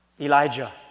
Elijah